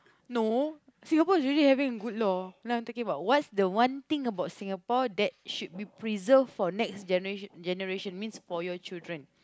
no Singapore is already having a good law now I'm talking about what's the one thing about Singapore that should be preserved for next generat~ generation means for your children